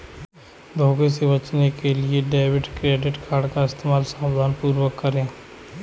धोखे से बचने के लिए डेबिट क्रेडिट कार्ड का इस्तेमाल सावधानीपूर्वक करें